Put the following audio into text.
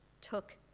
took